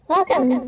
Welcome